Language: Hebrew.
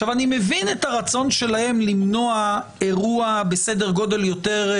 אני מבין את הרצון שלהם למנוע אירוע יותר גדול,